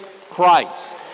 Christ